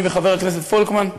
אני וחבר הכנסת פולקמן,